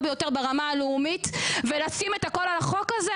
ביותר ברמה הלאומית ולשים את הכול על החוק הזה.